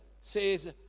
says